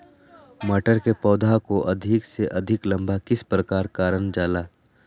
मटर के पौधा को अधिक से अधिक लंबा किस प्रकार कारण जाला?